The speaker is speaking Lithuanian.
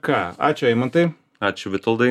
ką ačiū eimantai ačiū vitoldai